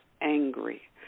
angry